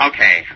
Okay